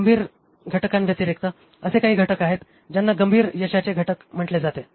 गंभीर घटकांव्यतिरिक्त असे काही घटक आहेत ज्यांना गंभीर यशाचे घटक म्हटले जाते